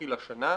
התחיל השנה.